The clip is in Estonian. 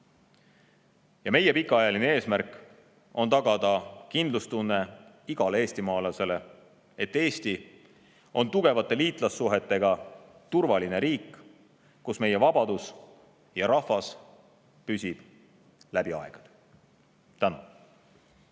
Ja meie pikaajaline eesmärk on tagada kindlustunne igale eestimaalasele, et Eesti on tugevate liitlassuhetega turvaline riik, kus meie vabadus ja rahvas püsib läbi aegade.